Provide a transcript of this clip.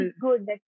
good